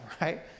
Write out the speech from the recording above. right